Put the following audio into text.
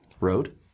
road